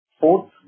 Fourth